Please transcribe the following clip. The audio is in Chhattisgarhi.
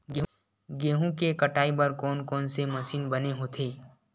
गेहूं के कटाई बर कोन कोन से मशीन बने होथे?